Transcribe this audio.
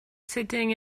sitting